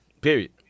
Period